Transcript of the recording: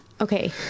Okay